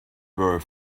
were